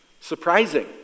surprising